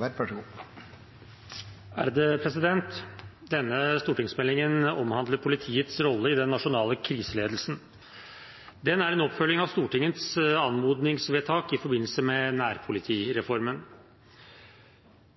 Werp, for sakens ordfører. Denne stortingsmeldingen omhandler politiets rolle i den nasjonale kriseledelsen. Den er en oppfølging av Stortingets anmodningsvedtak i forbindelse med nærpolitireformen.